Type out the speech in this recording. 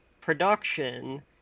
production